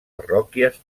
parròquies